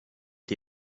the